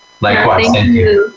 Likewise